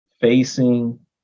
facing